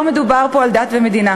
לא מדובר פה על דת ומדינה,